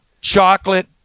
chocolate